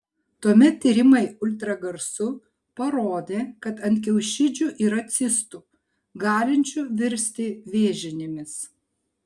tuomet tyrimai ultragarsu parodė kad ant kiaušidžių yra cistų galinčių virsti vėžinėmis